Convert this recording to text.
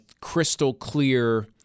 crystal-clear